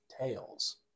tails